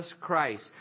Christ